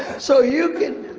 so you can